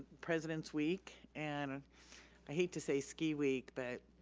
president's week and i hate to say ski week but,